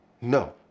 No